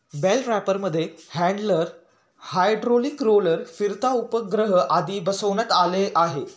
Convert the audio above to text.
bell रॅपरमध्ये handler, hydraulic roller, फिरता उपग्रह आदी बसवण्यात आले आहे